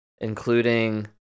including